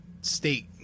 state